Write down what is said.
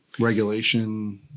regulation